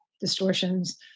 distortions